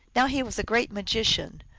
now he was a great magician,